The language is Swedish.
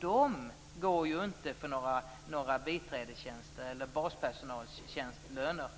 De arbetar inte för några biträdestjäntseller baspersonalslöner.